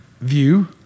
view